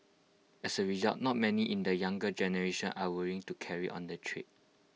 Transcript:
as A result not many in the younger generation are willing to carry on the trade